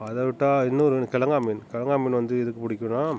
அதை விட்டால் இன்னொரு கெலங்கா மீன் கெலங்கா மீன் வந்து எதுக்கு பிடிக்குன்னா